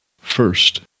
First